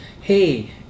hey